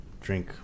drink